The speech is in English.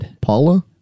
Paula